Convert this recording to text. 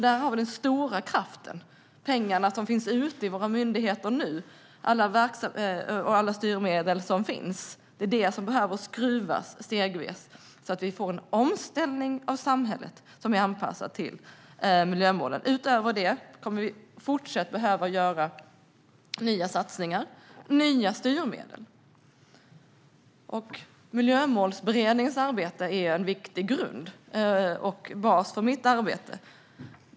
Där har vi den stora kraften. Pengarna som finns ute i våra myndigheter nu och alla styrmedel som finns behöver skruvas stegvis, så att vi får en omställning av samhället som är anpassad till miljömålen. Utöver det kommer vi fortsatt att behöva göra nya satsningar och hitta nya styrmedel. Miljömålsberedningens arbete är en viktig grund och bas för mitt arbete.